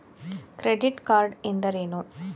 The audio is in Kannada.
ಕ್ರೆಡಿಟ್ ಕಾರ್ಡ್ ಎಂದರೇನು?